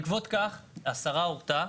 בעקבות כך השרה הורתה,